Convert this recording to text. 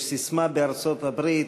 יש ססמה בארצות-הברית,